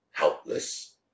helpless